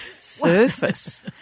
surface